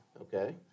Okay